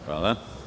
Hvala.